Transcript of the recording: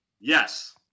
Yes